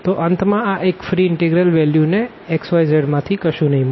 તો અંતમાં આ એક ફ્રી ઇનટેગ્રલ વેલ્યુ ને xyz માંથી કશું નહીં મળે